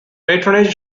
patronage